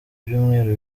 byumweru